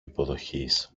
υποδοχής